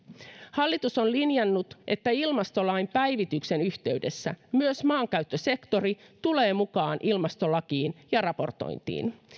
hallitus on linjannut että ilmastolain päivityksen yhteydessä myös maankäyttösektori tulee mukaan ilmastolakiin ja raportointiin